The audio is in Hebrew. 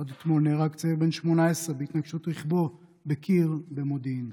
עוד אתמול נהרג צעיר בן 18 בהתנגשות רכבו בקיר במודיעין.